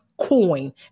coin